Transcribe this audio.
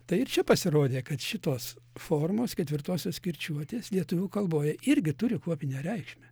tai ir čia pasirodė kad šitos formos ketvirtosios kirčiuotės lietuvių kalboj irgi turi kuopine reikšme